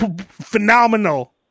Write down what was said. Phenomenal